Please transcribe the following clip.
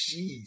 Jeez